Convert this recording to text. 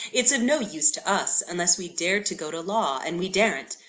it's of no use to us, unless we dared to go to law and we daren't.